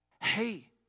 hey